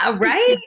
right